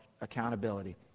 accountability